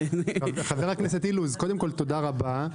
חבר הכנסת אילוז, קודם כול, תודה רבה.